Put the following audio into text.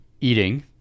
eating